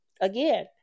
again